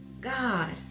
God